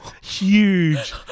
Huge